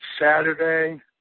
Saturday